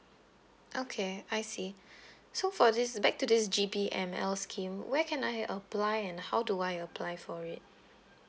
okay I see so for this back to this G_P_M_L scheme where can I apply and how do I apply for it